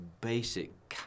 basic